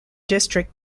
district